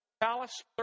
Palace